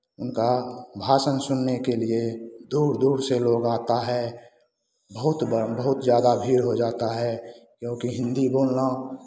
उनका भाषन सुनने के लिए दूर दूर से लोग आता है बहुत बार बहुत ज़्यादा भीड़ हो जाता है क्योंकि हिन्दी बोलना